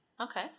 Okay